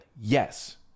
Yes